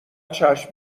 چشم